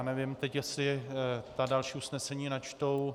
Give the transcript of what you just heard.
Nevím, jestli další usnesení načtou...